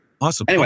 Awesome